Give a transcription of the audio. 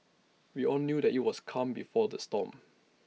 we all knew that IT was calm before the storm